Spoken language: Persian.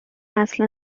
اصلا